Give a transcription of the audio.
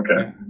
okay